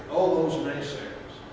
all those naysayers.